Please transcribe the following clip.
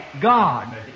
God